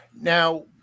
Now